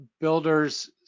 builders